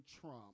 trump